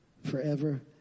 forever